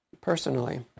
personally